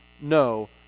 No